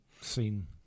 seen